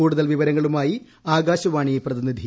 കൂടുതൽ വിവരങ്ങളുമായി ആകാശവാണി പ്രതിനിധി